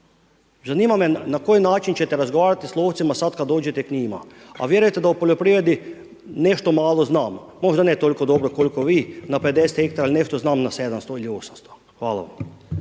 zanima me na koji način ćete razgovarati s lovcima sad kad dođete k njima? A vjerujte da u poljoprivredi nešto malo znam. Možda ne tolko dobro kolko vi na 50 hektara nešto znam na 700 ili 800. Hvala vam.